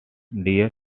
dear